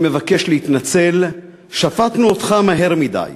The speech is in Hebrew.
אני מבקש להתנצל: שפטנו אותך מהר מדי.